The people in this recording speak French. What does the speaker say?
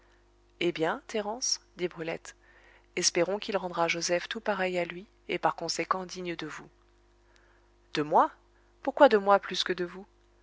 eh bien thérence dit brulette espérons qu'il rendra joseph tout pareil à lui et par conséquent digne de vous de moi pourquoi de moi plus que de vous